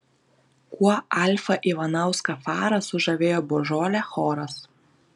kuo alfą ivanauską farą sužavėjo božolė choras